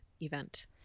event